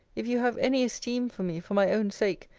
if you have any esteem for me for my own sake,